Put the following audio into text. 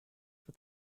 for